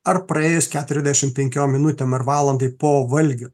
ar praėjus keturiasdešim penkiom minutėm ar valandai po valgio